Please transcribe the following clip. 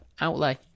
outlay